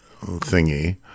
thingy